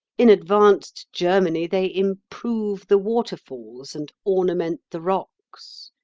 in advanced germany they improve the waterfalls and ornament the rocks.